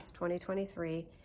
2023